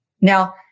Now